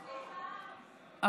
התשפ"ב 2021,